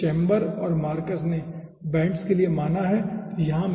तो यह चैंबर और मार्कस ने बेंड्स के लिए माना है ठीक है